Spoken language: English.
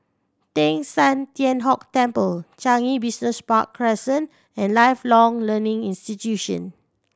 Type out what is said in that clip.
Teng San Tian Hock Temple Changi Business Park Crescent and Lifelong Learning Institution